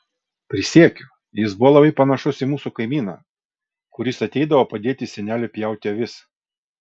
prisiekiu jis buvo labai panašus į mūsų kaimyną kuris ateidavo padėti seneliui pjauti avis